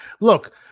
Look